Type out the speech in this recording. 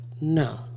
No